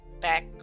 back